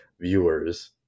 viewers